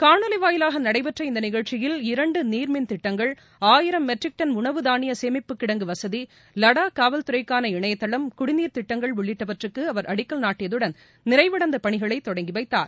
காணொலி வாயிலாக நடைபெற்ற இந்த நிகழ்ச்சியில் இரண்டு நீர் மின் திட்டங்கள் ஆயிரம் மெட்ரிக் டன் உனவு தானிய சேமிப்பு கிடங்கு வசதி வடாக் காவல்துறைக்கான இணையதளம் குடிநீர் திட்டங்கள் உள்ளிட்டவற்றுக்கு அவர் அடிக்கல் நாட்டியதுடன் நிறைவனடந்த பணிகளை தொடங்கி வைத்தார்